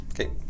okay